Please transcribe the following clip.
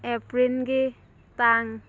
ꯑꯦꯄ꯭ꯔꯤꯜꯒꯤ ꯇꯥꯡ